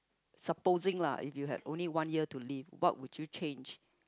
supposing lah if you had only one year to live what would you change